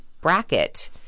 bracket